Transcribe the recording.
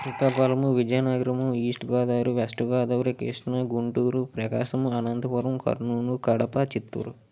Srikakulam Vizianagaram east Godavari west Godavari Krishna Guntur Prakasam Anantapur Kurnool Kadapa Chittoor